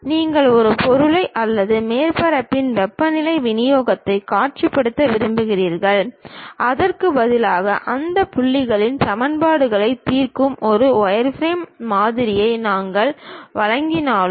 நீங்கள் ஒரு பொருளை அல்லது மேற்பரப்பில் வெப்பநிலை விநியோகத்தைக் காட்சிப்படுத்த விரும்புகிறீர்கள் அதற்கு பதிலாக அந்த புள்ளிகளில் சமன்பாடுகளை தீர்க்கும் ஒரு வயர்ஃப்ரேம் மாதிரியை நாங்கள் வழங்கினாலும்